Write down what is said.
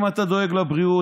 אם אתה דואג לבריאות,